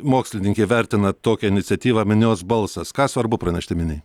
mokslininkė vertinat tokią iniciatyvą minios balsas ką svarbu pranešti miniai